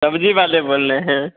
सब्जी वाले बोल रहे हैं